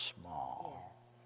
small